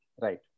Right